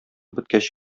беткәч